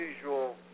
usual